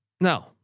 No